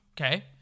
okay